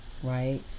right